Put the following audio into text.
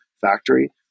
factory